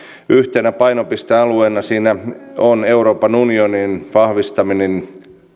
yhtenä painopistealueena siinä on euroopan unionin vahvistaminen